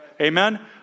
amen